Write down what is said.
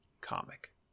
comic